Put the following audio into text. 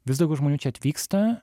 vis daugiau žmonių čia atvyksta